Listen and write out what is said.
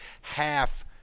half